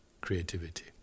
creativity